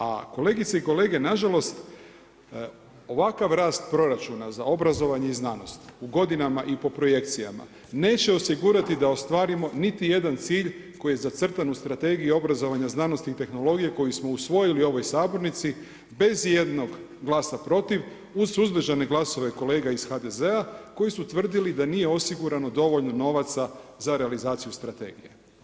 A kolegice i kolege nažalost, ovakav rast proračuna za obrazovanje i znanost u godinama i po projekcijama, neće osigurati da ostvarimo niti jedan cilj koji je zacrtan u strategiji obrazovanja, znanosti i tehnologije koje smo usvojili u ovoj sabornici, bez ijednog glasa protiv, uz suzdržane glasove kolega iz HDZ-a koji su tvrdili da nije osigurano dovoljno novaca za realizaciju strategije.